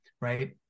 right